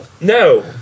No